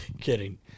Kidding